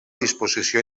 disposició